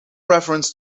reference